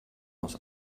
aus